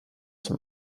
zum